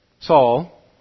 Saul